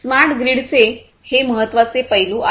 smart ग्रिडचे हे महत्त्वाचे पैलू आहेत